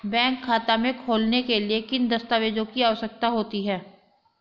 Bank खाता खोलने के लिए किन दस्तावेज़ों की आवश्यकता होती है?